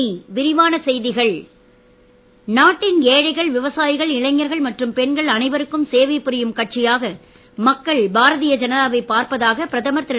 இனி விரிவான செய்திகள் நாட்டின் ஏழைகள் விவசாயிகள் இளைஞர்கள் மற்றும் பெண்கள் அனைவருக்கும் சேவை புரியும் கட்சியாக மக்கள் பாரதீய ஜனதாவைப் பார்ப்பதாக பிரதமர் திரு